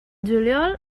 juliol